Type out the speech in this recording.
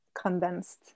condensed